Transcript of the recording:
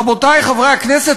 רבותי חברי הכנסת,